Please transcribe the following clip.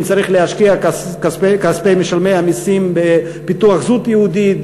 האם צריך להשקיע מכספי משלמי המסים בפיתוח זהות יהודית,